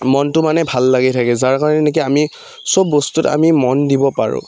মনটো মানে ভাল লাগি থাকে যাৰ কাৰণে নেকি আমি চব বস্তুত আমি মন দিব পাৰোঁ